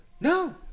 No